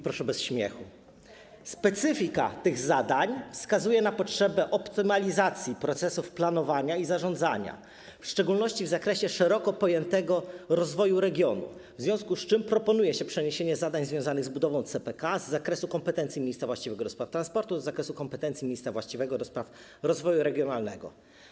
Proszę bez śmiechu: Specyfika tych zadań wskazuje na potrzebę optymalizacji procesów planowania i zarządzania, w szczególności w zakresie szeroko pojętego rozwoju regionu, w związku z czym proponuje się przeniesienie zadań związanych z budową CPK z zakresu kompetencji ministra właściwego do spraw transportu do zakresu kompetencji ministra właściwego do spraw rozwoju regionalnego.